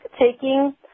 taking